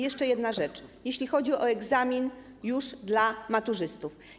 Jeszcze jedna rzecz, jeśli chodzi o egzamin dla maturzystów.